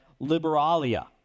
liberalia